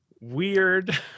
weird